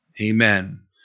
amen